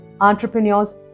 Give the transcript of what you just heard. Entrepreneurs